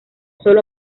solo